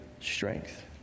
strength